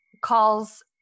calls